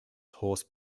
horse